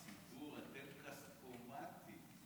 הציבור, אתם כספומטים.